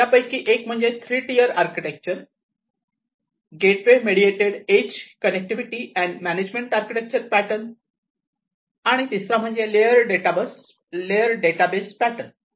या पैकी एक म्हणजे three tier architecture gateway mediated edge connectivity and management architecture pattern आणि तिसरा म्हणजे लेयर डेटा बस पॅटर्न